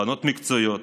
בנות מקצועיות,